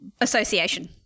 association